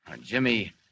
Jimmy